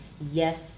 yes